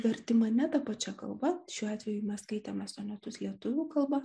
vertimą ne ta pačia kalba šiuo atveju mes skaitome sonetus lietuvių kalba